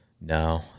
No